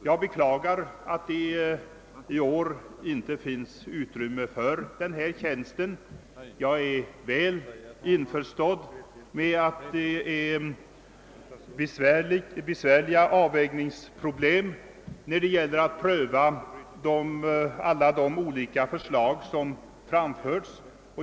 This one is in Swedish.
Jag beklagar att det i år inte finns utrymme för denna tjänst men förstår mycket väl att det föreligger besvärliga avvägningsproblem, varvid det gäller att pröva alla de olika förslag som framförts.